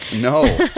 No